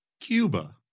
Cuba